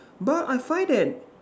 but I find that